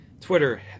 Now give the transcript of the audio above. Twitter